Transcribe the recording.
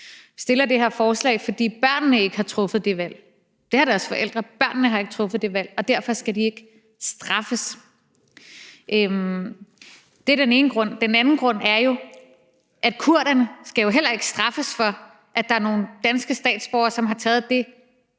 Vi fremsætter det her forslag, fordi børnene ikke har truffet det valg. Det har deres forældre, men børnene har ikke truffet det valg, og derfor skal de ikke straffes. Det er den ene grund. Den anden grund er, at kurderne jo heller ikke skal straffes for, at der er nogle danske statsborgere, som har truffet det